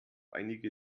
einige